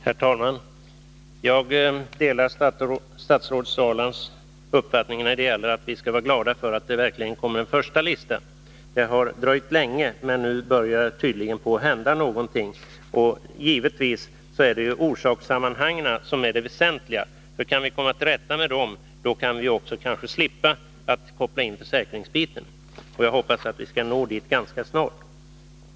Herr talman! Jag delar statsrådet Ahrlands uppfattning att vi skall vara glada för att det verkligen kommer en första lista. Den har dröjt länge, men nu börjar det tydligen på att hända någonting. Givetvis är det orsakssammanhangen som är det väsentliga, för om vi kan komma till rätta med dem kan vi kanske också slippa koppla in försäkringsbiten. Jag hoppas att vi skall nå dit ganska snart.